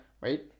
Right